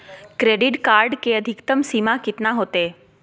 Credit card के अधिकतम सीमा कितना होते?